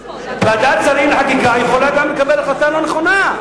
ועדת שרים לחקיקה יכולה גם לקבל החלטה לא נכונה,